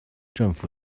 政府